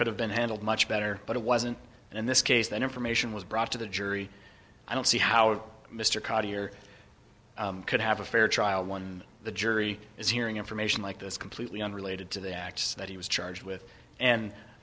could have been handled much better but it wasn't and in this case that information was brought to the jury i don't see how mr cottier could have a fair trial when the jury is hearing information like this completely unrelated to the acts that he was charged with and